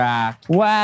Wow